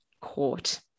court